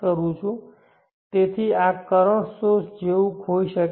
તેથી આ current source જેવું હોઈ શકે